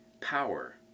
Power